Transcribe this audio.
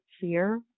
fear